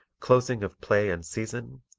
closing of play and season,